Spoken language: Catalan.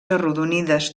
arrodonides